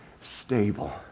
stable